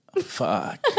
Fuck